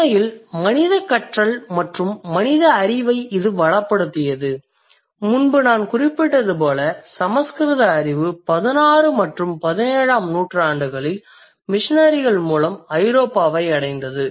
உண்மையில் மனித கற்றல் மற்றும் மனித அறிவை இது வளப்படுத்தியது முன்பு நான் குறிப்பிட்டது போல சமஸ்கிருத அறிவு 16 மற்றும் 17 ஆம் நூற்றாண்டுகளில் மிசனரிகள் மூலம் ஐரோப்பாவை அடைந்தது